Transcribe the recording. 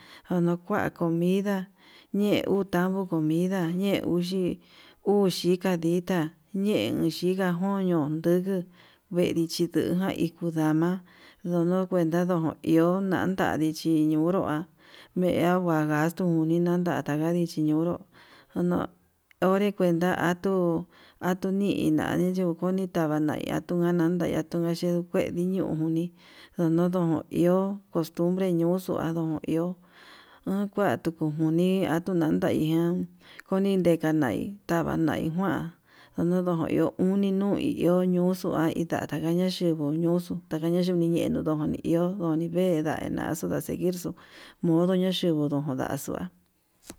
Iono kuan comida ñe'e uu taku comida ñañe uxii, uxi kandita ñeun xhika njun nondunguu vendi xhindujan yuu yundama yundu kuenta duu no iho nandada chiñiu, onroga ngue ma'a ngaxto nuni nangataga kuechi ñuu ñonro ono onre kuenta atuni nade ñuu koni tava ña iha tuga nandani tuga na'a xhidukueña, iñuu juni ndonodo iho costumbre ñuxua ndo iho uu kua kutu nguni atu nanaijan nan koni ndekan nai tava nai kuan, ndono iho nduni nuu ñu iho nuxuai ndata kaña yenguo ñoxo takaña yuniñeno ndoni iho ndoni veda naxuu naxeirxu modo nayenguduu yuxua.